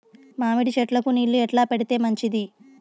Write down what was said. మామిడి చెట్లకు నీళ్లు ఎట్లా పెడితే మంచిది?